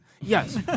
Yes